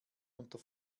unter